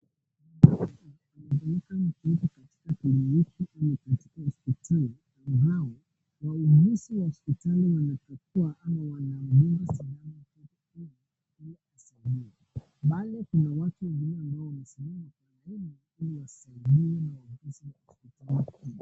Huyu mgonjwa yuko katikati ya mji ama katikati ya hospitali, ambao wauguzi wa hospitali wanatakua ama wanamwekea sindano kwa mkono ili asahimie. Pale kuna watu wengine ambao wamesimama kwa laini ili wasaidiwe na wauguzi wa hospitali.